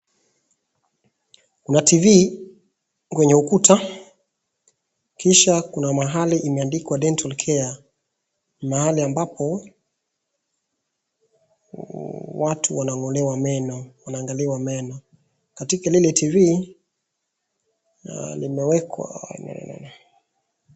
Kuna TV kwenye ukuta kisha kuna mahali imeandikwa dental care . Mahali ambapo watu wanang'olewa meno, wanaangaliwa meno. Katika lile TV na limewekwa.